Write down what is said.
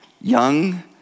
Young